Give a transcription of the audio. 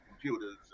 computers